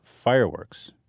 Fireworks